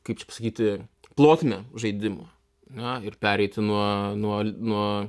kaip čia pasakyti plotmę žaidimo ar ne ir pereiti nuo nuo nuo